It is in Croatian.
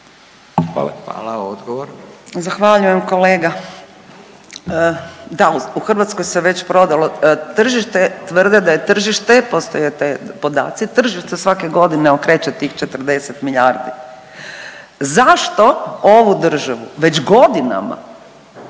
Urša (Možemo!)** Zahvaljujem kolega. Da, u Hrvatskoj se već prodalo. Tržište, tvrde da je tržište, postoje ti podaci, tržište svake godine okreće tih 40 milijardi. Zašto ovu državu već godinama,